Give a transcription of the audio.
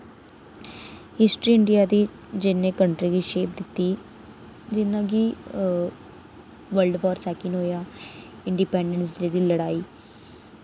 history India दी जिनै country गी शेप दित्ती जि'यां कि वर्ल्ड वार सैकिंड होएआ इंडिपेंडेंस डे दी लड़ाई